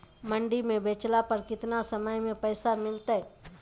मंडी में बेचला पर कितना समय में पैसा मिलतैय?